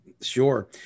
Sure